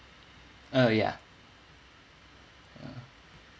uh ya ah